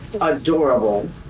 adorable